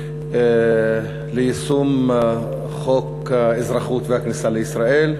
ליישום חוק האזרחות והכניסה לישראל.